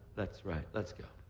that's right. let's go.